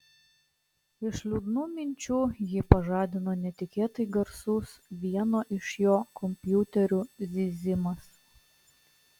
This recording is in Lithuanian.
iš liūdnų minčių jį pažadino netikėtai garsus vieno iš jo kompiuterių zyzimas